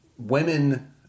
Women